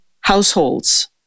households